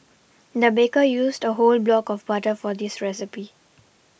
the baker used a whole block of butter for this recipe